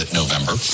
november